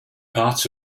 parts